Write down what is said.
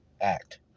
act